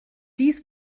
dies